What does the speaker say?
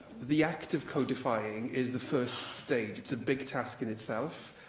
the act of codifying is the first stage. it's a big task in itself,